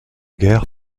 guerre